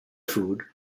food